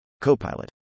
Copilot